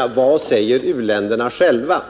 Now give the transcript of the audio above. För bara några veckor sedan hemställde